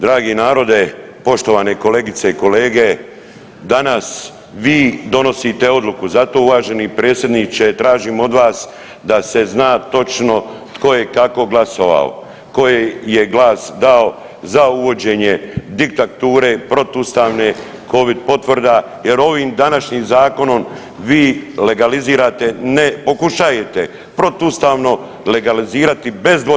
Dragi narode, poštovane kolegice i kolege danas vi donosite odluku zato uvaženi predsjedniče tražim od vas da se zna točno tko je kako glasovao, tko je glas dao za uvođenje diktature protuustavne Covid potvrda jer ovim današnjim zakonom vi legalizirate ne, pokušajete protuustavno legalizirati bez 2/